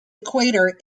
equator